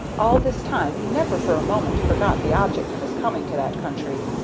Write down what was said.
all this time he never for a moment forgot the object of his coming to that country,